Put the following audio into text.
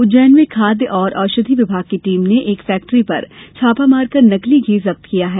उज्जैन में खादय एवं औषधी विभाग की टीम ने एक फैक्ट्री पर छापा मार कर नकली घी जब्त किया है